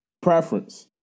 preference